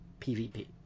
PvP